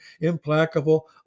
implacable